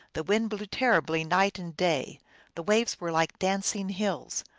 the wind blew terribly night and day the waves were like dancing hills.